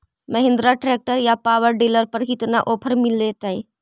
Mahindra tractor या power dealer पर कितना ओफर मीलेतय?